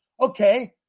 Okay